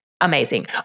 Amazing